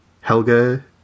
Helga